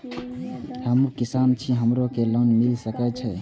हमू किसान छी हमरो के लोन मिल सके छे?